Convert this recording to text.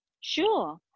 Sure